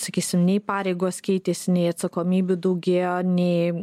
sakysim nei pareigos keitėsi nei atsakomybių daugėjo nei